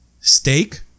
steak